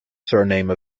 surname